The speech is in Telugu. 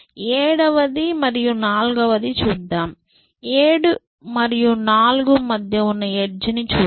ఏడవది మరియు నాలుగవది చూద్దాం 7 మరియు 4 మధ్య ఉన్న ఎడ్జ్ ని చూద్దాం